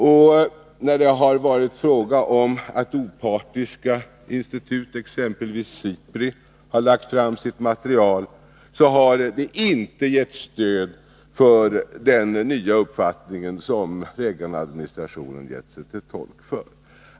Det material som har lagts fram av opartiska institut, exempelvis SIPRI, har inte givit stöd för den nya uppfattning som Reaganadministrationen har gjort sig till tolk för.